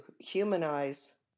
humanize